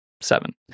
seven